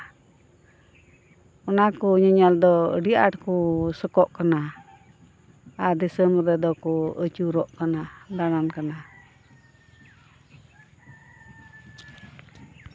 ᱚᱱᱟᱠᱚ ᱧᱮᱧᱮᱞ ᱫᱚ ᱟᱹᱰᱤ ᱟᱸᱴ ᱠᱚ ᱥᱚᱠᱚᱜ ᱠᱟᱱᱟ ᱟᱨ ᱫᱤᱥᱚᱢ ᱨᱮᱫᱚ ᱠᱚ ᱟᱹᱪᱩᱨᱚᱜ ᱠᱟᱱᱟ ᱫᱟᱬᱟᱱ ᱠᱟᱱᱟ